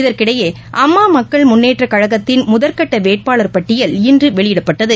இதற்கிடையே அம்மா மக்கள் முன்னேற்றக்கழகத்தின் முதல் கட்ட வேட்பாளர் பட்டியல் இன்று வெளியிட்டப்பட்டது